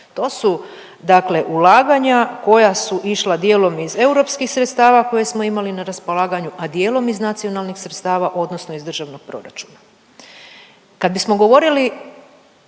To su dakle ulaganja koja su išla djelom iz europskih sredstava koja smo imali na raspolaganju, a djelom iz nacionalnih sredstava odnosno iz Državnog proračuna. Kad bismo govorili